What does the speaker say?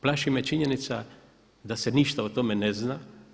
Plaši me činjenica da se ništa o tome ne zna.